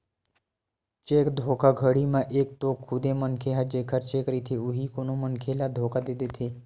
cheque धोखाघड़ी म एक तो खुदे मनखे ह जेखर चेक रहिथे उही ह कोनो मनखे ल धोखा दे देथे